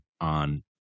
on